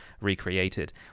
recreated